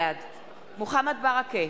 בעד מוחמד ברכה,